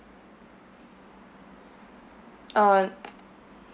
uh